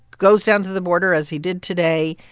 goes down to the border, as he did today.